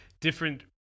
different